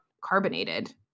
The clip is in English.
carbonated